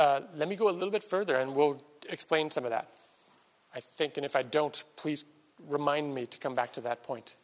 e let me go a little bit further and will explain some of that i think and if i don't please remind me to come back to that point